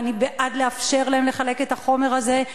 ואני בעד לאפשר להם לחלק את החומר הזה,